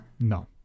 No